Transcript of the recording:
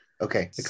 okay